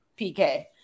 PK